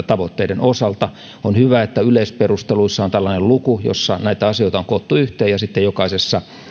tavoitteiden osalta on hyvä että yleisperusteluissa on tällainen luku jossa näitä asioita on koottu yhteen ja sitten